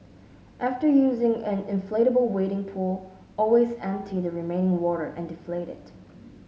after using an inflatable wading pool always empty the remaining water and deflate it